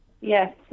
Yes